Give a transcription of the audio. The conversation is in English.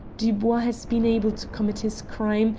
dubois has been able to commit his crime,